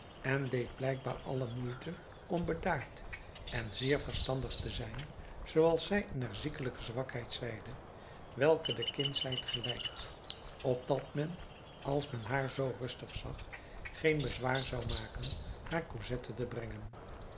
en deed blijkbaar alle moeite om bedaard en zeer verstandig te zijn zooals zij in haar ziekelijke zwakheid zeide welke de kindsheid gelijkt opdat men als men haar zoo rustig zag geen bezwaar zou maken haar cosette te brengen